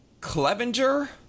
Clevenger